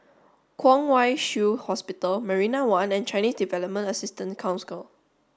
Kwong Wai Shiu Hospital Marina One and Chinese Development Assistance